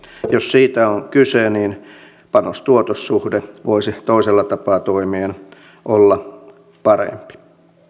jos siitä on kyse niin panos tuotos suhde voisi toisella tapaa toimien olla parempi